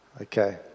Okay